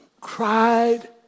cried